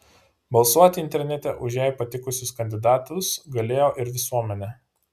balsuoti internete už jai patikusius kandidatus galėjo ir visuomenė